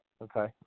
Okay